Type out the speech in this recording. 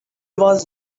was